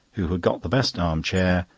who had got the best arm-chair,